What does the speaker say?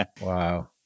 Wow